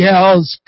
else